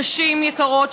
נשים יקרות,